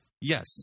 Yes